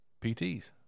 PTs